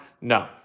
No